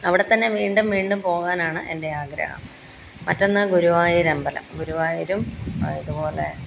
അവിടെത്തന്നെ വീണ്ടും വീണ്ടും പോകാനാണ് എന്റെ ആഗ്രഹം മറ്റൊന്ന് ഗുരുവായൂരമ്പലം ഗുരുവായൂരും ആ ഇതുപോലെ